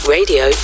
Radio